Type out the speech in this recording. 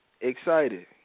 excited